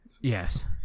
yes